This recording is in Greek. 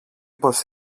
πως